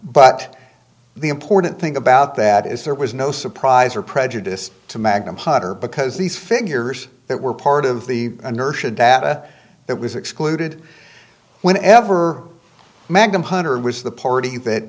but the important thing about that is there was no surprise or prejudice to magnum hunter because these figures that were part of the inertia data that was excluded whenever magnum hunter was the party that